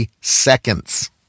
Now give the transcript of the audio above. seconds